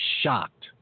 shocked